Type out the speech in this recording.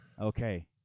okay